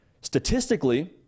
statistically